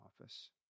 office